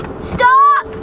stop!